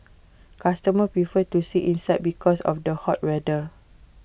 customers prefer to sit inside because of the hot weather